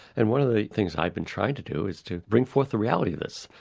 and one of the things i've been trying to do is to bring forth the reality of this.